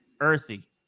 Earthy